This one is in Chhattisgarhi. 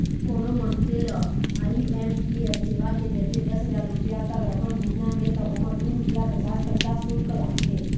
कोनो मनखे ल आई.एम.पी.एस सेवा के जरिए दस हजार रूपिया तक रकम भेजना हे त ओमा दू रूपिया पचास पइसा सुल्क लागथे